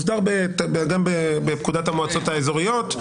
הוא מוסדר גם בפקודת המועצות האזוריות,